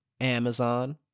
amazon